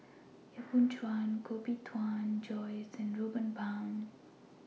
Yap Boon Chuan Koh Bee Tuan Joyce and Ruben Pang